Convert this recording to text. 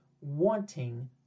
wanting